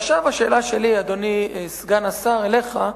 ועכשיו השאלה שלי, אדוני סגן השר, אליך,